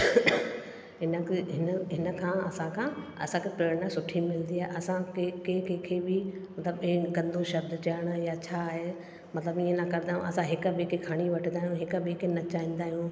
हिनखे हिन हिनखां असां खां असांखे प्रेरणा सुठी मिलंदी आहे असां कंहिं कंहिं कंहिंखे बि द ऐं गंदो शब्द चइण या छाहे मतलबु इअं न कंदा आहियूं असां हिकु ॿिएं खे खणी वठंदा आहियूं हिकु ॿिएं खे नचाईंदा आहियूं